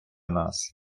нас